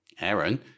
Aaron